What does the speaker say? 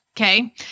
Okay